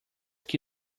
que